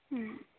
হুম